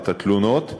את התלונות.